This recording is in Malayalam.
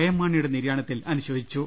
എം മാണിയുടെ നിര്യാ ണത്തിൽ അനുശോചിച്ചു